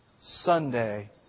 Sunday